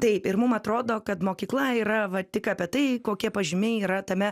taip ir mum atrodo kad mokykla yra va tik apie tai kokie pažymiai yra tame